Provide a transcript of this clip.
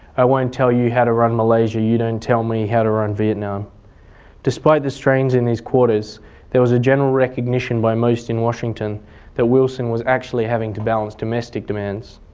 i won't tell you how to run malaysia you don't tell me how to run vietnam despite the strains in these quarters there was a general recognition by most in washington that wilson was actually having to balance domestic demands.